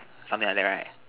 something like that right